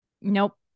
nope